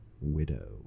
Widow